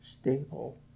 stable